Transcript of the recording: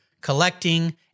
collecting